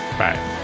Bye